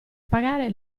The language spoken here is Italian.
pagare